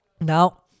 now